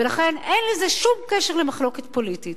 ולכן, אין לזה שום קשר למחלוקת פוליטית.